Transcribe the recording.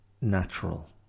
natural